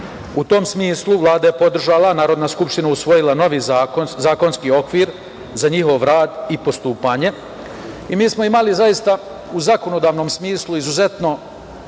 U tom smislu, Vlada je podržala a Narodna skupština usvojila novi zakonski okvir za njihov rad i postupanje. Mi smo u zakonodavnom smislu imali izuzetno